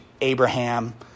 Abraham